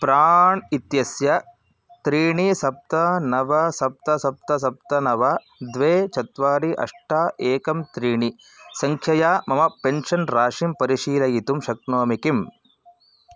प्राण् इत्यस्य त्रीणि सप्त नव सप्त सप्त सप्त नव द्वे चत्वारि अष्ट एकं त्रीणि सङ्ख्यया मम पेन्शन् राशिं परिशीलयितुं शक्नोमि किम्